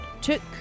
took